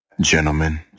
gentlemen